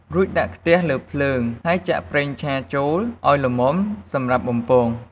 រួចដាក់ខ្ទះលើភ្លើង ហើយចាក់ប្រេងឆាចូលឲ្យល្មមសម្រាប់បំពង។